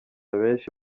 benshi